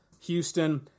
Houston